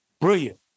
Brilliant